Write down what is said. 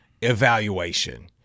evaluation